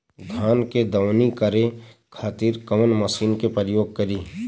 धान के दवनी करे खातिर कवन मशीन के प्रयोग करी?